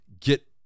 get